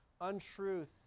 untruth